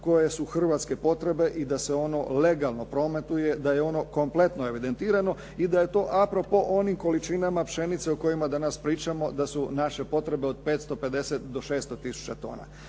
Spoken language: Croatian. koje su hrvatske potrebe i da se ono legalno prometuje, da je ono kompletno evidentirano i da je to a propos onim količinama pšenice o kojima danas pričamo da su naše potrebe od 550 do 600000 tona.